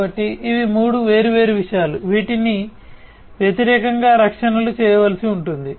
కాబట్టి ఇవి 3 వేర్వేరు విషయాలు వీటికి వ్యతిరేకంగా రక్షణలు చేయవలసి ఉంటుంది